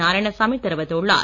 நாராயணசாமி தெரிவித்துள்ளார்